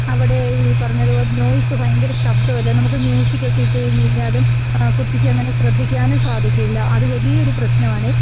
അവിടെ ഈ പറഞ്ഞതുപോലെ നോയ്സ് ഭയങ്കര ശബ്ദമാണ് കാരണം നമുക്ക് മ്യൂസിക്കൊക്കെ ഇട്ടുകഴിഞ്ഞുകഴിഞ്ഞാലും ആ കുട്ടിക്ക് അങ്ങനെ ശ്രദ്ധിക്കാനും സാധിക്കില്ല അതു വലിയ ഒരു പ്രശ്നമാണെ